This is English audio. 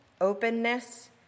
openness